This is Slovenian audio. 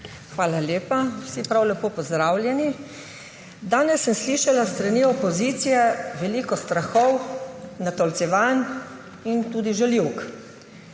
Hvala lepa. Vsi prav lepo pozdravljeni! Danes sem slišala s strani opozicije veliko strahov, natolcevanj in tudi žaljivk.